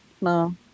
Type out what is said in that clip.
no